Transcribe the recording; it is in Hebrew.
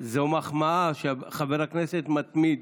זו מחמאה שחבר כנסת מתמיד